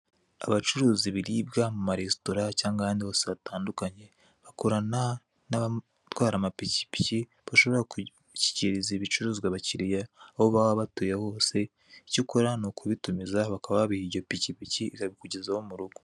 Abacuruza ibirimwa mu maresitora cyangwa ahandi hose hatandukanye bakorana n'abatwara amapikipiki bashobora gushyikiriza ibicuruzwa abakiriya aho baba batuye hose icyo ukora ni ukubitumiza bakaba babiha iryo pikipiki ikabikugezaho mu rugo.